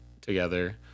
together